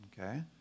Okay